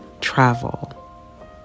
travel